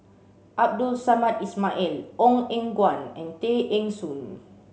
Abdul Samad Ismail Ong Eng Guan and Tay Eng Soon